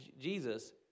Jesus